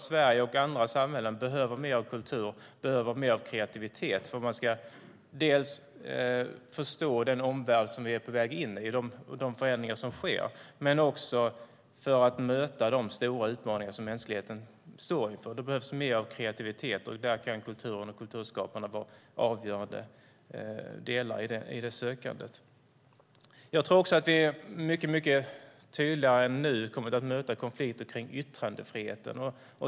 Sverige och andra samhällen behöver mer av kultur och mer av kreativitet för att vi ska förstå den omvärld som vi är på väg in i och de förändringar som sker. Det handlar också om att möta de stora utmaningar som mänskligheten står inför. Då behövs mer av kreativitet. Kulturen och kulturskaparna kan vara avgörande delar i detta sökande. Jag tror att vi mycket tydligare än nu kommer att möta konflikter om yttrandefriheten.